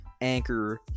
Anchor